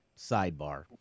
sidebar